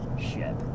ship